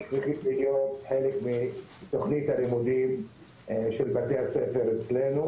צריכים להיות חלק מתוכנית הלימודים של בתי הספר אצלנו,